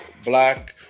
black